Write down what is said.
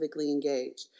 engaged